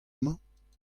mañ